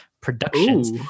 productions